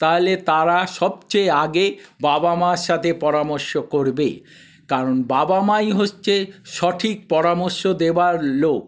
তাহলে তারা সবচেয়ে আগে বাবা মার সাথে পরামর্শ করবে কারণ বাবা মাই হচ্ছে সঠিক পরামর্শ দেওয়ার লোক